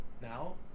Now